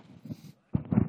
יצרת תקדים, קרעי,